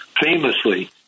famously